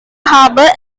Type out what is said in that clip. harbour